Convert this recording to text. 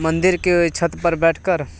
मंदिर की छत पर बैठकर